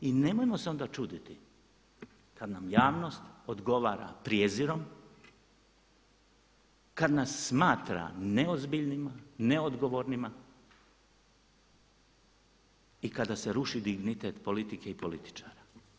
I nemojmo se onda čuditi kad nam javnost odgovara prijezirom, kad nas smatra neozbiljnima, neodgovornima i kada se ruši dignitet politike i političara.